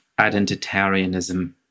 identitarianism